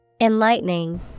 Enlightening